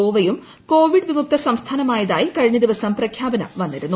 ഗോവയും Covid വിമുക്ത സംസ്ഥാനമായതായി കഴിഞ്ഞ ദിവസം പ്രഖ്യാപനം വന്നിരുന്നു